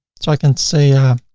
so i can say a